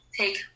take